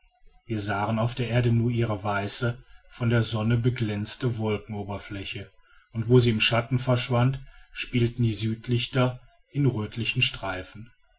wir sahen auf der erde nur ihre weiße von der sonne beglänzte wolkenoberfläche und wo sie im schatten verschwand spielten die südlichter in rötlichen streifen